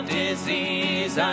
disease